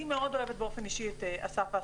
אני מאוד אוהבת באופן אישי את אסף וסרצוג,